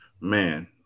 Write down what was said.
Man